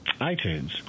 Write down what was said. iTunes